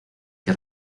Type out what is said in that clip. que